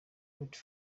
beauty